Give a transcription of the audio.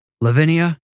Lavinia